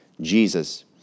Jesus